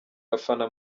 abafana